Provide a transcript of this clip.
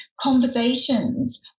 conversations